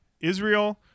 Israel